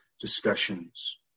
discussions